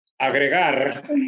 agregar